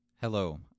Hello